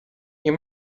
you